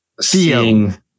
seeing